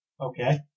Okay